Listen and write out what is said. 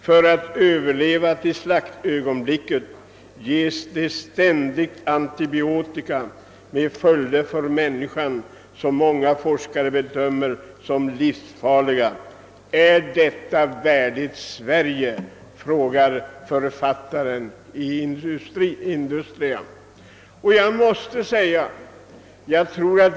För att överleva till slaktögonblicket ges de: ständigt antibiotika med följder för människan som många forskare bedömer som livsfarliga.» -— »Är detta värdigt Sverige?» frågar författaren i Industria.